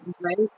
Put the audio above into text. right